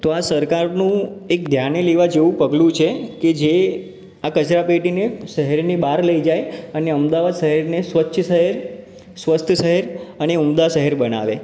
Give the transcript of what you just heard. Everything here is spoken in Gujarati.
તો આ સરકારનું એક ધ્યાને લેવા જેવું પગલું છે કે જે આ કચરા પેટીને શહેરની બહાર લઇ જાય અને અમદાવાદ શહેરને સ્વચ્છ શહેર સ્વસ્થ શહેર અને ઉમદા શહેર બનાવે